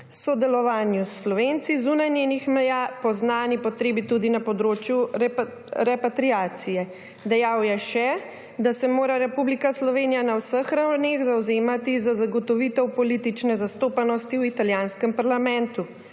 Slovenije s Slovenci zunaj njenih meja, po zaznani potrebi tudi na področju repatriacije. Dejal je še, da se mora Republika Slovenija na vseh ravneh zavzemati za zagotovitev politične zastopanosti v italijanskem parlamentu.